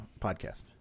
podcast